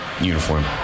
uniform